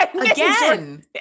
again